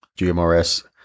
GMRS